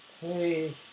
hey